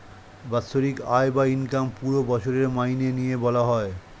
বাৎসরিক আয় বা ইনকাম পুরো বছরের মাইনে নিয়ে বলা হয়